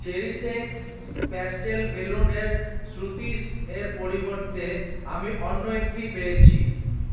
cherish X pastel balloon এর শ্রুতিস এর পরিবর্তে আমি অন্য একটি পেয়েছি